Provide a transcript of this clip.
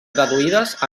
traduïdes